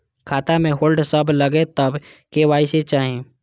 खाता में होल्ड सब लगे तब के.वाई.सी चाहि?